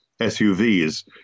SUVs